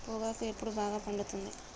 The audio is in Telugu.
పొగాకు ఎప్పుడు బాగా పండుతుంది?